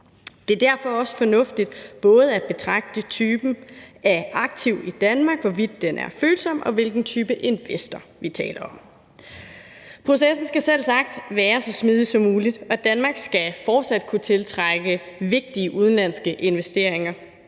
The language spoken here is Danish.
Det er derfor også fornuftigt både at betragte typen af aktiv i Danmark, altså hvorvidt den er følsom, og hvilken type investor vi taler om. Processen skal selvsagt være så smidig som muligt, og Danmark skal fortsat kunne tiltrække vigtige udenlandske investeringer.